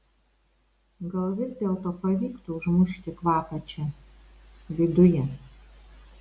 gal vis dėlto pavyktų užmušti kvapą čia viduje